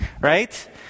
right